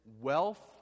wealth